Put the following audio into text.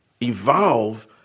evolve